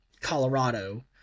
Colorado